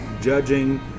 judging